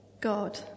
God